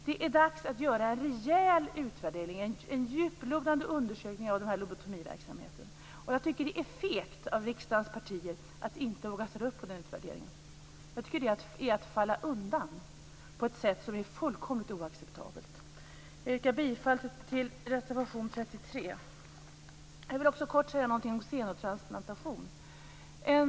Det är dags att göra en rejäl utvärdering, en djuplodande undersökning av lobotomiverksamheten. Jag tycker att det är fegt av riksdagens partier att inte våga ställa upp för en sådan utvärdering. Jag tycker att det är att falla undan på ett sätt som är fullkomligt oacceptabelt. Jag yrkar bifall till reservation 33. Jag vill också kort säga något om xenotransplantationer.